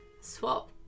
swap